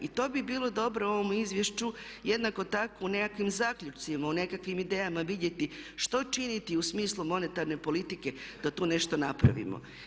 I to bi bilo dobro u ovom izvješću, jednako tako u nekakvim zaključcima, u nekakvim idejama vidjeti što činiti u smislu monetarne politike da tu nešto napravimo.